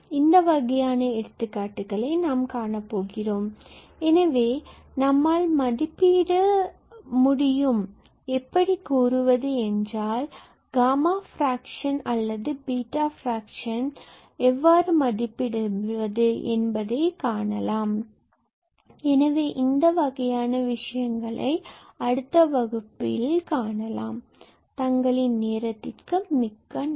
இந்த வகையான எடுத்துக்காட்டுகளைக் காணலாம் எனவே எனவே நம்மால் மதிப்பிட முடியும் எப்படி கூறுவது என்றால் காமா பிராக்சன் அல்லது பீட்டா ஃபிராக்ஷன் மதிப்பிடுவது ஆகியவற்றை காணலாம் எனவே இந்த வகையான விஷயங்களை அடுத்த வகுப்பில் காணலாம் தங்களின் நேரத்திற்கு மிக்க நன்றி